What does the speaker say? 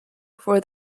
for